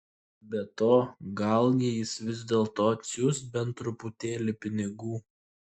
be to galgi jis vis dėlto atsiųs bent truputėlį pinigų